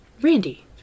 Randy